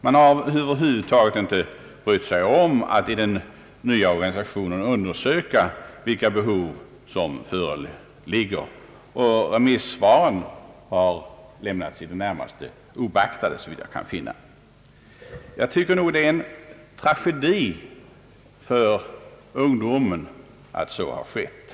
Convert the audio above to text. Man har över huvud taget inte brytt sig om att i den nya organisationen undersöka vilka behov som föreligger. Det förefaller mig också som om remissvaren har lämnats i det närmaste obeaktade, och jag tycker nog att det är en tragedi för ungdomen att så har skett.